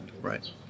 right